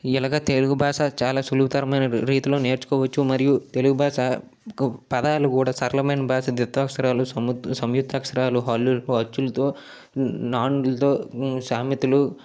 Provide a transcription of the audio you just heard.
ఇలాగా తెలుగు భాష చాలా సులువుతరమైన రీతిలో నేర్చుకోవచ్చు మరియు తెలుగు భాష కు పదాలు కూడా సరళమైన భాష దిత్వాక్షరాలు సం సంయుక్తాక్షరాలు హల్లులు అచ్చులతో నానులతో సామెతలు